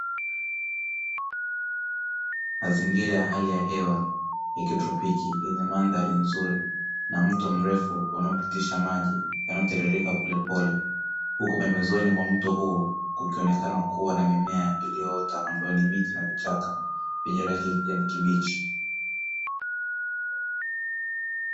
Mazingira ya hali ya hewa ya kitropiki yenye mandhari nzuri na mto mrefu unaopitisha maji yanayotiririka polepole, huku pembezoni mwa mto huo kukionekana kuwa na mimea iliyoota ambayo ni miti na vichaka vyenye rangi a kijani kibichi.